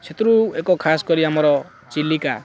ସେଥିରୁ ଏକ ଖାସ୍ କରି ଆମର ଚିଲିକା